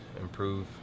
improve